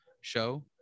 show